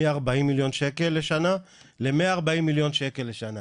מארבעים מיליון שקל לשנה למאה ארבעים מיליון שקל לשנה,